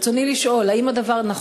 רצוני לשאול: 1. האם נכון הדבר?